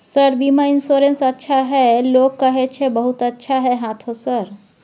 Sir बीमा insurance अच्छा है लोग कहै छै बहुत अच्छा है हाँथो सर?